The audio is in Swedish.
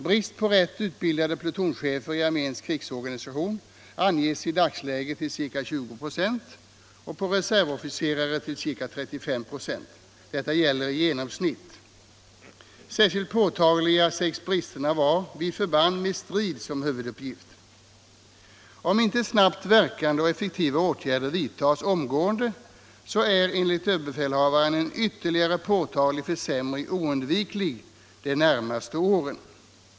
Bristen på rätt utbildade plutonchefer i arméns krigsorganisation anges i dagsläget till ca 20 96 och på reservofficerare till ca 35 96. Detta gäller i genomsnitt. Särskilt påtagliga sägs bristerna vara vid förband med strid som huvuduppgift. Om inte snabbt verkande och effektiva åtgärder vidtas omgående, är enligt överbefälhavaren en ytterligare påtaglig försämring oundviklig de närmaste åren.